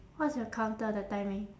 what is your counter the timing